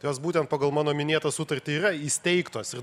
jos būtent pagal mano minėtą sutartį ir yra įsteigtos ir